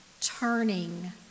turning